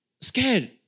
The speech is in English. scared